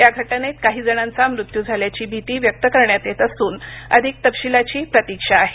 या घटनेत काही जणांचा मृत्यू झाल्याची भीती व्यक्त करण्यात येत असून अधिक तपशिलाची प्रतीक्षा आहे